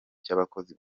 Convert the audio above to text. cy’abakozi